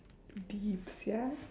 deep sia